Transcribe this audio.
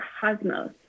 cosmos